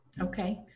Okay